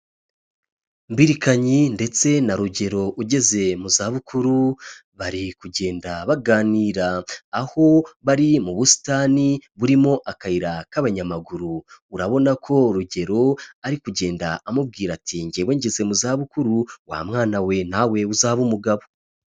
Mbirikanyi ndetse na Rugero ugeze mu za bukuru, bari kugenda baganira; aho bari mu busitani burimo akayira k'abanyamaguru. Urabona ko Rugero ari kugenda amubwira ati njyewe ngeze mu za bukuru, wa mwana we nawe uzabe umugabo.